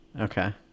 Okay